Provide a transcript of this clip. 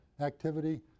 activity